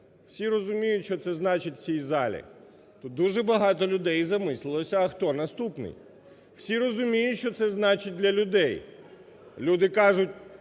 Всі розуміють, що значить в цій залі. Дуже багато людей замислилось, а хто наступний? Всі розуміють, що це значить для людей. Люди кажуть,